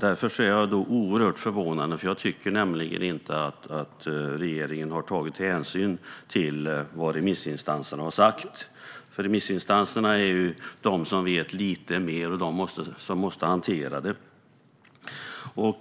Därför är jag oerhört förvånad, för jag tycker nämligen inte att regeringen har tagit hänsyn till vad remissinstanserna har sagt. Remissinstanserna är ju de som vet lite mer och de som måste hantera detta.